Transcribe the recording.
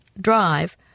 Drive